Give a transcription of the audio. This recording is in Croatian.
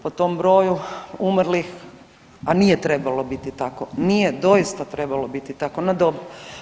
Po tom broju umrlih, a nije trebalo biti tako, nije doista trebalo biti tako, no dobro.